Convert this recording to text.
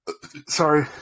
Sorry